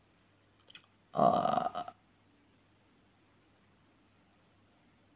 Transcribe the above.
uh